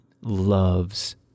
loves